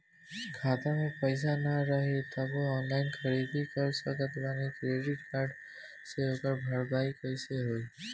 खाता में पैसा ना रही तबों ऑनलाइन ख़रीदारी कर सकत बानी क्रेडिट कार्ड से ओकर भरपाई कइसे होई?